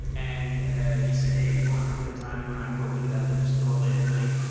and he said, hey, conan, remember the time you and i broke into that liquor store late at night?